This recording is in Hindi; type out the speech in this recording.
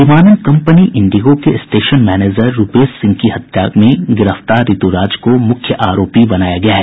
विमानन कम्पनी इंडिगो के स्टेशन मैनेजर रूपेश सिंह हत्याकांड में गिरफ्तार ऋतु राज को मुख्य आरोपी बनाया गया है